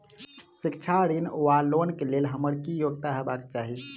शिक्षा ऋण वा लोन केँ लेल हम्मर की योग्यता हेबाक चाहि?